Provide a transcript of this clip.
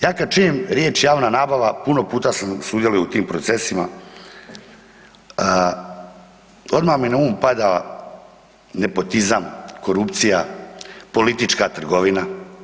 Ja kad čujem riječ javna nabava, puno puta sam sudjelovao u tim procesima, odmah mi na um pada nepotizam, korupcija, politička trgovina.